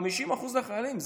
50% לחיילים.